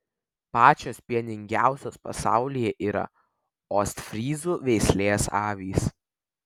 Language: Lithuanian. pačios pieningiausios pasaulyje yra ostfryzų veislės avys